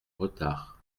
retard